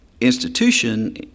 institution